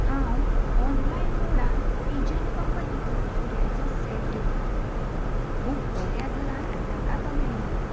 हांव ऑनलायन मोडान पिजन कंपनिचो सुरयांचो सॅट घेतिल्लो खूब बऱ्या दरांत म्हाका तो मेळिल्लो